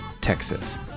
Texas